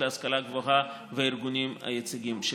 להשכלה גבוהה והארגונים היציגים שלהם.